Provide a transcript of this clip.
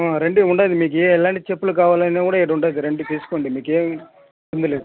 రండి ఉంది మీకు ఎలాంటి చెప్పులు కావాలన్న కూడా ఈడ ఉంటుంది రండి తీసుకోండి మీకేం ఇబ్బంది లేదు